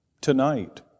tonight